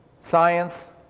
science